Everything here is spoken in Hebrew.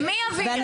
למי אוויר?